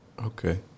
Okay